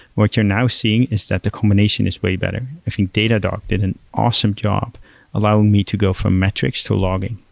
what you're now seeing is that the combination is way better. i think datadog did an awesome job allowing me to go from metrics to logging.